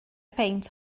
peint